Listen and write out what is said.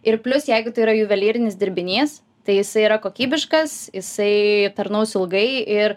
ir plius jeigu tai yra juvelyrinis dirbinys tai jisai yra kokybiškas jisai tarnaus ilgai ir